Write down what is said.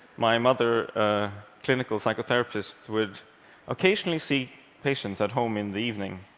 my mother, a clinical psychotherapist, would occasionally see patients at home in the evening.